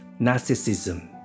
narcissism